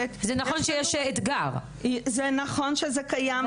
שזה קיים,